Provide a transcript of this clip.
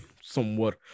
somewhat